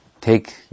take